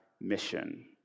mission